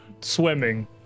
swimming